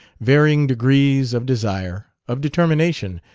varying degrees of desire, of determination,